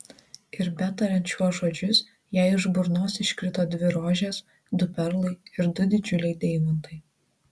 ir betariant šiuos žodžius jai iš burnos iškrito dvi rožės du perlai ir du didžiuliai deimantai